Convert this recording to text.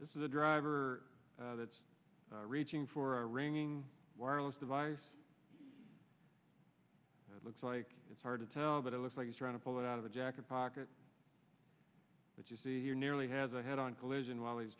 this is a driver that's reaching for a ringing wireless device looks like it's hard to tell but it looks like he's trying to pull it out of a jacket pocket but you see here nearly has a head on collision while he's